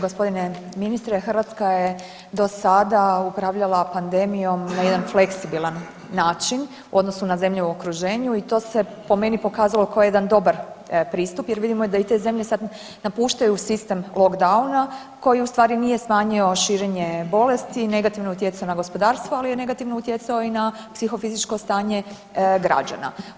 G. ministre, Hrvatska je do sada upravljala pandemijom na jedan fleksibilan način u odnosu na zemlje u okruženju i to se po meni pokazalo kao jedan dobar pristup jer vidimo da i te zemlje sad napuštaju sistem lockdowna koji ustvari nije smanjio širenje bolesti i negativno je utjecao na gospodarstvo, ali je negativno utjecao na psihofizičko stanje građana.